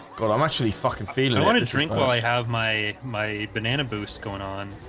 god, i'm actually fucking feeling what a drink while i have my my banana boost going on